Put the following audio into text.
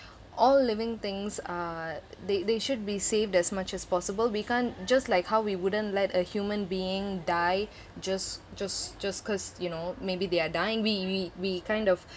all living things uh they they should be saved as much as possible we can't just like how we wouldn't let a human being die just just just because you know maybe they are dying we we we kind of